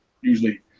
usually